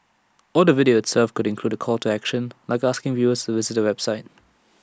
or the video itself could include A call to action like asking viewers to visit A website